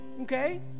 Okay